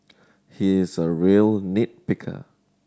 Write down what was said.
he is a real nit picker